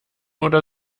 oder